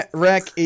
wreck